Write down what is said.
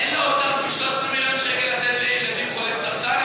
אין לאוצר כ-13 מיליון שקל לתת לילדים חולי סרטן,